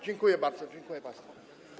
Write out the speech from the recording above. Dziękuję bardzo, dziękuję państwu.